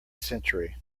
century